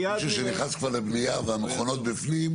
מישהו שנכנס כבר לבנייה והמכונות בפנים,